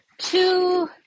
Two